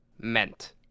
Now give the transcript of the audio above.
meant